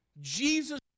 Jesus